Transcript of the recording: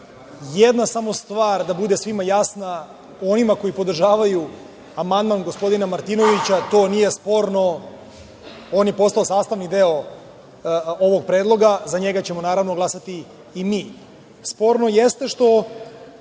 jedna stvar bude svima jasna, onima koji podržavaju amandman gospodina Martinovića, to nije sporno, on je postao sastavni deo ovog predloga. Za njega ćemo naravno glasati i mi. Sporno jeste što